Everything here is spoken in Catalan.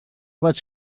vaig